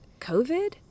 COVID